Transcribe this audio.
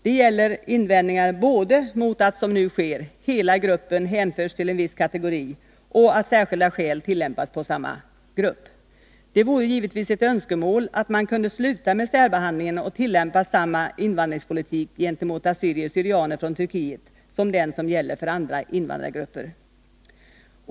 Det gäller invändningarna både mot att, som nu sker, hela gruppen hänförs till en viss kategori och mot att ”särskilda skäl” tillämpas på samma grupp. Det vore givetvis ett önskemål att man kunde sluta med särbehandlingen och tillämpa samma invandringspolitik gentemot assyrier/syrianer från Turkiet som den som gäller för andra invandrargrupper.